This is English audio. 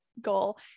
goal